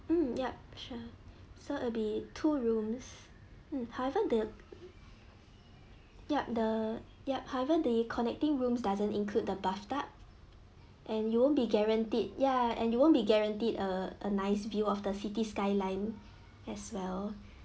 mm yup sure so it will be two rooms mm however the yup the yup however the connecting rooms doesn't include the bathtub and you won't be guaranteed ya and you won't be guaranteed a a nice view of the city skyline as well